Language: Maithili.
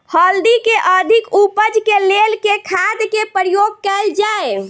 हल्दी केँ अधिक उपज केँ लेल केँ खाद केँ प्रयोग कैल जाय?